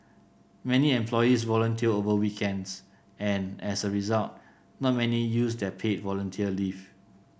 many employees volunteer over weekends and as a result not many use their paid volunteer leave